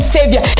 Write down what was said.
Savior